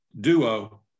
duo